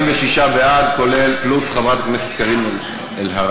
46 בעד, פלוס חברת הכנסת קארין אלהרר.